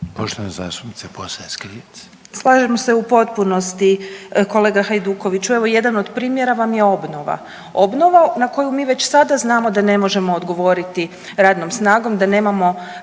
**Posavec Krivec, Ivana (Nezavisni)** Slažem se u potpunosti kolega Hajdukoviću. Evo jedan od primjera vam je obnova, obnova na koju mi već sada znamo da ne možemo odgovoriti radnom snagom, da nemamo